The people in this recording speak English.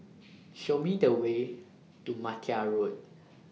Show Me The Way to Martia Road